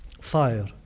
fire